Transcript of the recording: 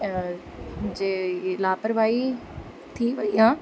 ऐं जे लापरवाही थी वयी आहे